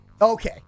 Okay